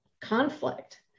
conflict